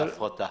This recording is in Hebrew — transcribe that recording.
זה הפרטה.